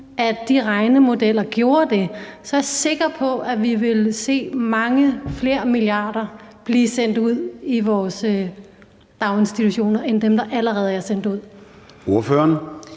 nu de regnemodeller gjorde det, er jeg sikker på, at vi ville se mange flere milliarder blive sendt ud i vores daginstitutioner end dem, der allerede er sendt ud.